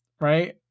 Right